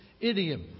idiom